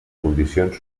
condicions